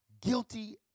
guilty